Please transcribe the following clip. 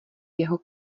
jeho